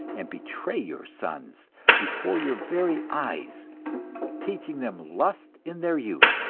and betray your sons before your very eyes teaching them lust in their youth,